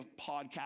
podcast